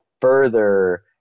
further